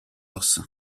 ossa